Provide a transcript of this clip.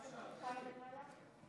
קר למעלה?